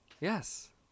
yes